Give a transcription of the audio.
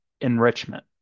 enrichment